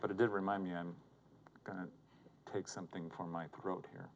but it did remind me i'm going to take something for my throat here